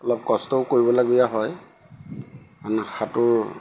অলপ কষ্টও কৰিবলগীয়া হয় আ সাঁতোৰ